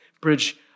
Bridge